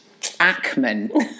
Ackman